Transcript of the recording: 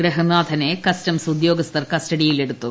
ഗൃഹനാഥനെ customs ഉദ്യോഗസ്ഥർ കസ്റ്റഡിയിലെടുത്തു